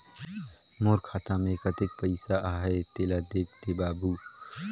मोर खाता मे कतेक पइसा आहाय तेला देख दे बाबु?